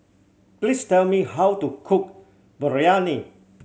please tell me how to cook Biryani